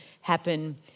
happen